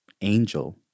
angel